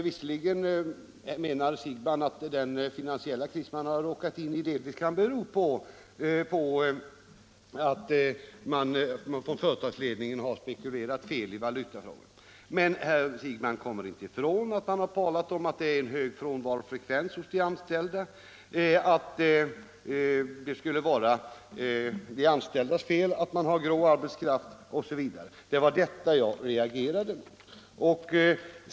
Visserligen menar herr Siegbahn att den finansiella kris som företaget råkat in i delvis kan bero på att ledningen har spekulerat fel i valutafrågan, men herr Siegbahn kommer inte ifrån att han talade om en hög frånvarofrekvens bland de anställda, att det skulle vara de anställdas fel att man anlitar grå arbetskraft osv. Det var detta jag reagerade emot.